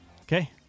Okay